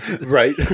Right